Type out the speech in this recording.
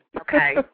Okay